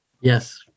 Yes